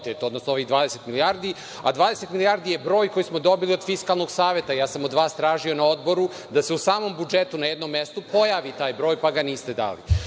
odnosno ovih 20 milijardi, a 20 milijardi je broj koji smo dobili od Fiskalnog saveta. Ja sam tražio na odboru da se u samom budžetu na jednom mestu pojavi taj broj, pa ga niste